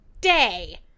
day